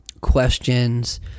questions